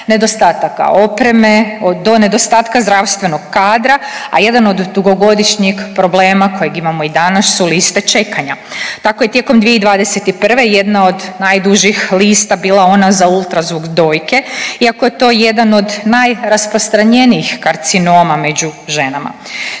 nedostataka opreme do nedostatka zdravstvenog kadra, a jedan od dugogodišnjeg problema kojeg imamo i danas su liste čekanja. Tako je tijekom 2021. jedna od najdužih lista bila ona za ultrazvuk dojke, iako je to jedan od najrasprostranjenijih karcinoma među ženama.